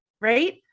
right